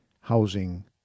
housing